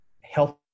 health